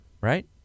right